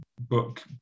book